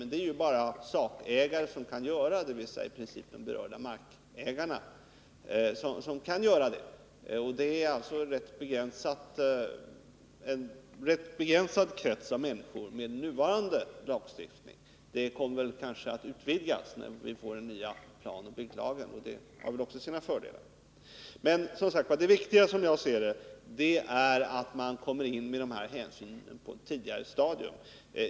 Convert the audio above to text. Men det är bara sakägare som kan göra det, dvs. i princip de berörda markägarna. Och det är en rätt begränsad krets människor, med nuvarande lagstiftning. Kretsen kommer kanske att utvidgas när vi får den nya planoch bygglagen, och det har väl sina fördelar. Det viktiga är, som jag ser det, att dessa hänsyn kommer in på ett tidigare stadium.